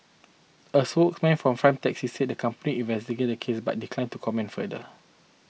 a spokesman for Prime Taxi said the company investigating the case but declined to comment further